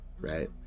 right